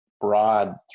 broad